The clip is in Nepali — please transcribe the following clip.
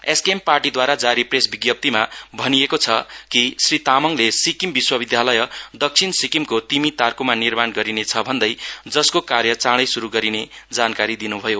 एसकेएम पार्टीदूवारा जारी प्रेस विज्ञाप्तिमा भनिएको छ श्री तामाङले सिक्किम विश्वविधालय दक्षिण सिक्किमको तिमी तार्कुमा निर्माण गरिने छभन्दै जसको कार्य चाढै शुरु गरिने जानकारी दिनुभयो